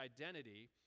identity